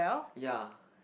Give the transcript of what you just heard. ya